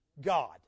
God